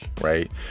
right